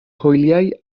hwyliau